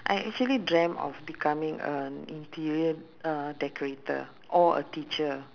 I actually dreamt of becoming an interior uh decorator or a teacher